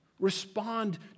Respond